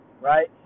right